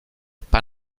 pan